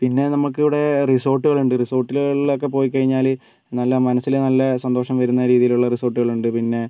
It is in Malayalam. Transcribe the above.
പിന്നെ നമുക്കിവിടെ റിസോർട്ടുകളുണ്ട് റിസോർട്ടുകളിലൊക്കെ പോയി കഴിഞ്ഞാൽ നല്ല മനസ്സിൽ നല്ല സന്തോഷം വരുന്ന രീതിയിലുള്ള റിസോർട്ടുകളുണ്ട് പിന്നെ